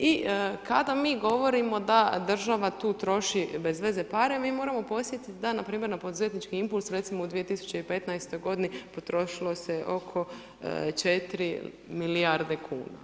I kada mi govorimo da država tu troši bez veze pare, mi moramo podsjetiti da npr. na poduzetnički impuls recimo u 2015. godini potrošilo se oko 4 milijarde kuna.